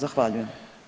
Zahvaljujem.